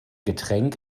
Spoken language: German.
getränk